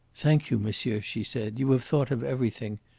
thank you, monsieur, she said you have thought of everything.